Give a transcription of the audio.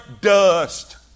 dust